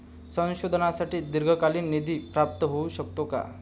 संशोधनासाठी दीर्घकालीन निधी प्राप्त होऊ शकतो का?